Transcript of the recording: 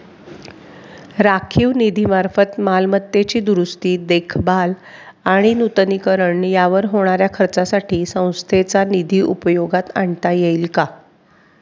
राखीव निधीमार्फत मालमत्तेची दुरुस्ती, देखभाल आणि नूतनीकरण यावर होणाऱ्या खर्चासाठी संस्थेचा निधी उपयोगात आणता येईल का?